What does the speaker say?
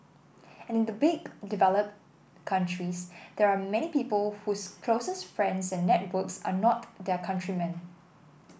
and in the big developed countries there are many people whose closest friends and networks are not their countrymen